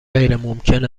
غیرممکن